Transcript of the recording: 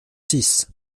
six